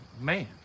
man